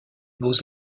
beaux